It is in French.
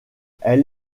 elle